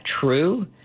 true